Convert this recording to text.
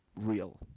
real